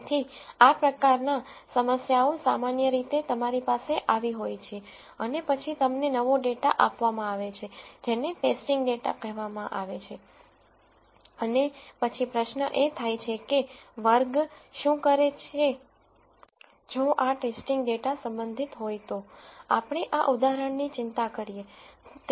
તેથી આ પ્રકારના સમસ્યાઓ સામાન્ય રીતે તમારી પાસે આવી હોય છે અને પછી તમને નવો ડેટા આપવામાં આવે છે જેને ટેસ્ટિંગ ડેટા કહેવામાં આવે છે અને પછી પ્રશ્ન એ થાય છે કે વર્ગ શું કરે છે જો આ ટેસ્ટિંગ ડેટા સંબંધિત હોય તો આપણે આ સબંધે વિચારીએ તો તે ક્યાં વર્ગ 0 અથવા વર્ગ 1 નો છે